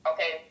Okay